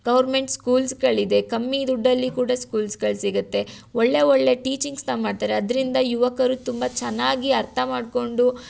government ಸ್ಕೂಲ್ಸುಗಳಿದೆ ಕಮ್ಮಿ ದುಡ್ಡಲ್ಲಿ ಕೂಡ ಸ್ಕೂಲ್ಸುಗಳ್ ಸಿಗುತ್ತೆ ಒಳ್ಳೆಯ ಒಳ್ಳೆಯ ಟೀಚಿಂಗ್ಸನ್ನು ಮಾಡ್ತಾರೆ ಅದರಿಂದ ಯುವಕರು ತುಂಬ ಚೆನ್ನಾಗಿ ಅರ್ಥ ಮಾಡಿಕೊಂಡು